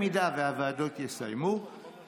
אם הוועדות יסיימו,